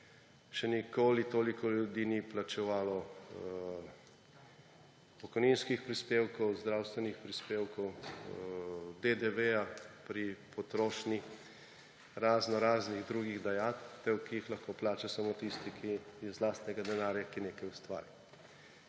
Še nikoli toliko ljudi ni plačevalo pokojninskih prispevkov, zdravstvenih prispevkov, DDV pri potrošnji, raznoraznih drugih dajatev, ki jih lahko plača samo tisti, ki iz lastnega denarja nekaj ustvari.